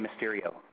Mysterio